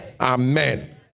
Amen